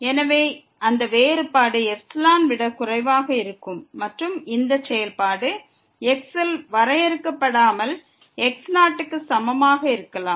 எனவே அந்த வேறுபாடு ε விட குறைவாக இருக்கும் மற்றும் இந்த செயல்பாடு x இல் வரையறுக்கப்படாமல் x0 க்கு சமமாக இருக்கலாம்